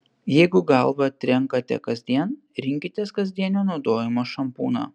jeigu galvą trenkate kasdien rinkitės kasdienio naudojimo šampūną